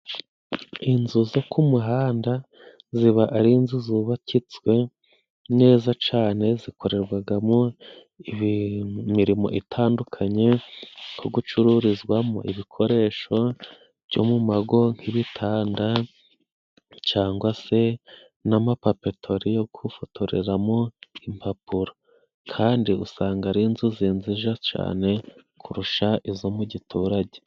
Inzu zo ku muhanda ziba ari inzu zubakitswe neza cane, zikorerwagamo imirimo itandukanye nko gucururizwamo ibikoresho byo mu mago, nk'ibitanda cyangwa se n'amapapetori yo gufotoreramo impapuro. Kandi usanga rero inzu zinjiza cane, kurusha izo mu giturage.